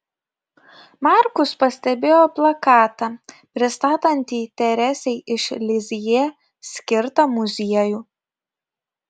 markus pastebėjo plakatą pristatantį teresei iš lizjė skirtą muziejų